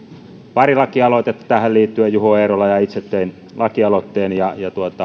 pari lakialoitetta tähän liittyen juho eerola teki ja itse tein lakialoitteen ja